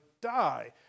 die